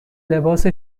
لباس